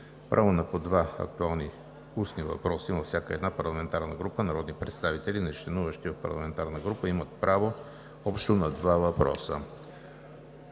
Право на по два актуални устни въпроса има всяка една парламентарна група, а народни представители, нечленуващи в парламентарна група, имат право общо на два въпроса.